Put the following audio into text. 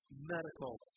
medical